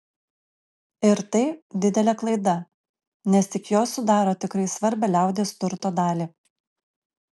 ir tai didelė klaida nes tik jos sudaro tikrai svarbią liaudies turto dalį